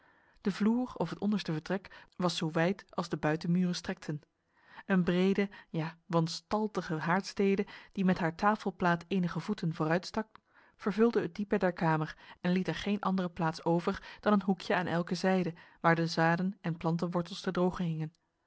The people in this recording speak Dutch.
de vloer of het onderste vertrek was zo wijd als de buitenmuren strekten een brede ja wanstaltige haardstede die met haar tafelplaat enige voeten vooruitstak vervulde het diepe der kamer en liet er geen andere plaats over dan een hoekje aan elke zijde waar de zaden en plantenwortels te drogen hingen